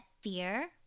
fear